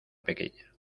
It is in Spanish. pequeña